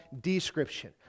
description